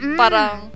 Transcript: parang